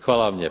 Hvala